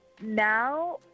now